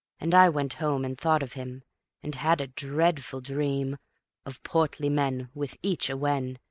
and i went home and thought of him and had a dreadful dream of portly men with each a wen,